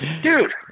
Dude